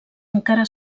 encara